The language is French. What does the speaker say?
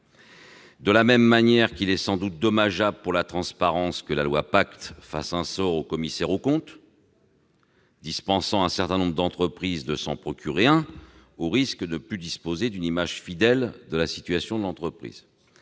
De même, il est sans doute dommageable pour la transparence que le projet de loi PACTE entende faire un sort aux commissaires aux comptes, dispensant un certain nombre d'entreprises de s'en procurer un, au risque de ne plus disposer d'une image fidèle de la situation de l'entreprise.